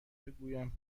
بگویم